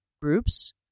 groups